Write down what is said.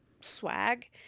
swag